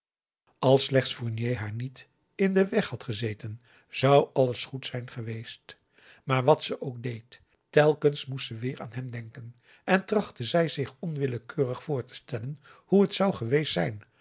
als slechts fournier haar niet in den weg had gezeten zou alles goed zijn geweest maar wat ze ook deed telkens moest ze weer aan hem denken en trachtte zij zich onwillekeurig voor te stellen hoe het zou geweest zijn